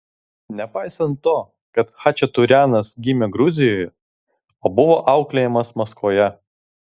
nepaisant to kad chačaturianas gimė gruzijoje o buvo auklėjamas maskvoje